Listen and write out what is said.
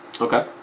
Okay